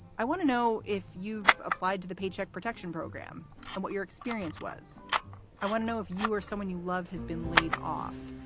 i want to know if you've applied to the paycheck protection program and what your experience was i want to know if you or someone you love has been laid off.